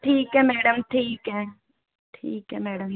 ठीक है मैडम ठीक है ठीक है मैडम